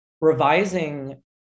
revising